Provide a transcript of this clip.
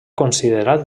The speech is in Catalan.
considerat